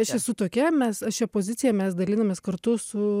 aš esu tokia mes aš šią poziciją mes dalinamės kartu su